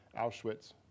Auschwitz